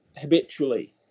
habitually